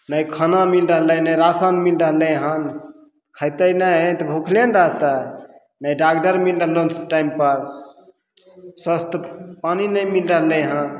ने खाना मिल रहलय ने राशन मिल रहलय हन खेतय ने तऽ भुखले ने रहतय ने डॉक्टर मिल रहलो टाइमपर सस्त पानि ने मिल रहलय हन